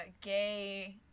gay